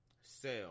sell